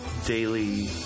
daily